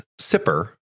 sipper